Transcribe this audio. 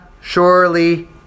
surely